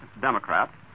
Democrat